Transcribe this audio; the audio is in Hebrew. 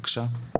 בבקשה.